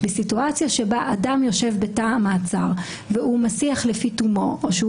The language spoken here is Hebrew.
בסיטואציה בה אדם יושב בתא המעצר והוא מסיח לפי תומו או שהוא